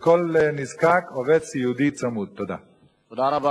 הזאת או לסוג העבודה,